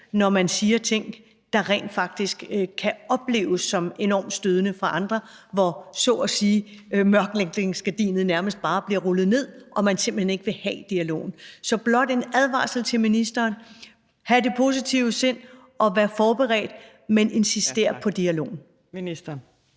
når man siger ting, der rent faktisk kan opleves som enormt stødene for andre, og hvor mørklægningsgardinet så at sige nærmest bare bliver rullet ned, og man simpelt hen ikke vil have dialogen. Det er blot en advarsel til ministeren: Hav et positivt sind, og vær forberedt, men insister på dialogen. Kl.